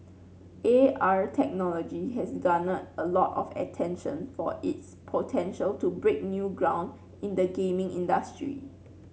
A R technology has garnered a lot of attention for its potential to break new ground in the gaming industry